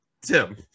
Tim